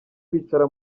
kwicara